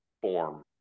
form